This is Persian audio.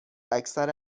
اکثر